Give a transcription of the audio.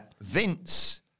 Vince